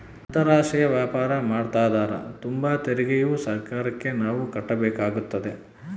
ಅಂತಾರಾಷ್ಟ್ರೀಯ ವ್ಯಾಪಾರ ಮಾಡ್ತದರ ತುಂಬ ತೆರಿಗೆಯು ಸರ್ಕಾರಕ್ಕೆ ನಾವು ಕಟ್ಟಬೇಕಾಗುತ್ತದೆ